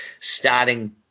starting